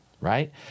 right